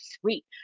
sweet